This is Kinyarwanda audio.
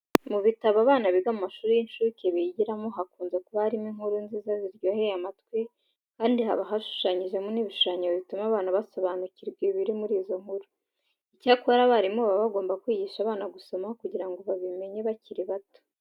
Mu bitabo abana biga mu mashuri y'incuke bigiramo hakunze kuba harimo inkuru nziza ziryoheye amatwi kandi haba hashushanyijemo n'ibishushanyo bituma abana basobanukirwa ibiri muri izo nkuru. Icyakora abarimu baba bagomba kwigisha abana gusoma kugira ngo babimenye bakiri bato.